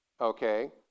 Okay